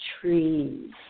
trees